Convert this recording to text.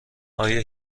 آیا